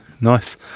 nice